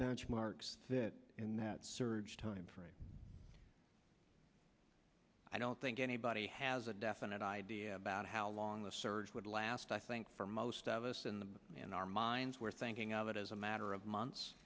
benchmarks fit in that surge timeframe i don't think anybody has a definite idea about how long the surge would last i think for most of us in the in our minds we're thinking of it as a matter of months